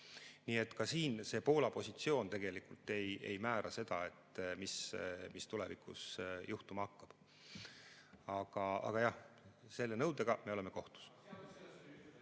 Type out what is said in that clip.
Nii et ka siin Poola positsioon tegelikult ei määra seda, mis tulevikus juhtuma hakkab. Aga jah, selle nõudega me oleme kohtus.